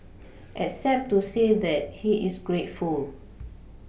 except to say that he is grateful